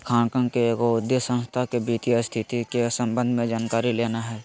लेखांकन के एगो उद्देश्य संस्था के वित्तीय स्थिति के संबंध में जानकारी लेना हइ